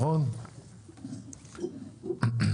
ד"ר אסף